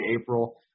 April